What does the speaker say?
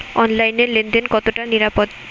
অনলাইনে লেন দেন কতটা নিরাপদ?